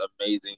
amazing